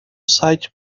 site